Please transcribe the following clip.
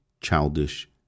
childish